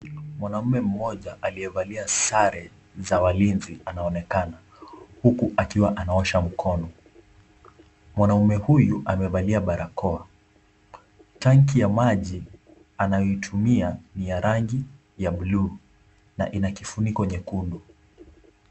Mwanamme mmoja aliyevalia sare za walinzi anaonekana huku akiwa anaosha mkono. Mwanaume huyu amevalia barakoa. Tanki ya maji anayoitumia ni ya rangi ya blue na ina kifuniko nyekundu.